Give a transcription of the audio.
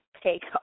take